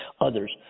others